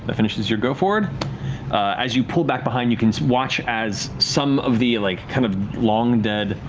that finishes your go, fjord. as you pull back behind, you can watch as some of the like kind of long-dead